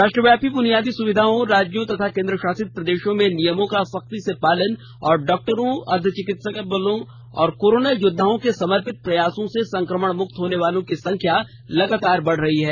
राष्ट्रव्यापी बुनियादी सुविधाओं राज्यों तथा केन्द्रशासित प्रदेशों में नियमों का सख्ती से पालन और डॉक्टरों अर्धचिकित्सा बर्लो तथा कोरोना योद्वाओं के समर्पित प्रयासों से संक्रमण मुक्त होने वालों की संख्या लगातार बढ़ रही है